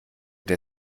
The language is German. der